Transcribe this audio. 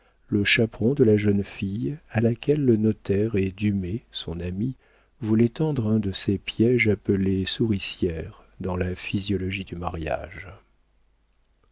le chaperon de la jeune fille à laquelle le notaire et dumay son ami voulaient tendre un de ces piéges appelés souricières dans la physiologie du mariage